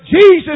Jesus